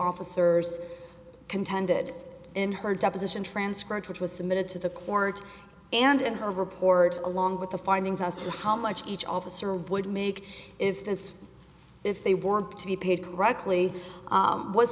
officers contended in her deposition transcript which was submitted to the court and in her report along with the findings as to how much each officer would make if this if they were to be paid correctly